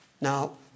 now